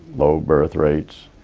low birth rates,